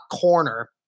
corner